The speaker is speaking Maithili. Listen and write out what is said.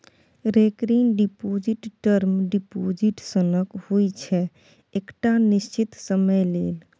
रेकरिंग डिपोजिट टर्म डिपोजिट सनक होइ छै एकटा निश्चित समय लेल